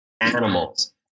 animals